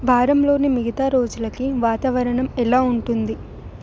వారంలోని మిగితా రోజులకి వాతావరణం ఎలా ఉంటుంది